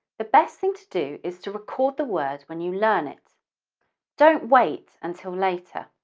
the best thing to do is to record the word when you learn it don't wait until later!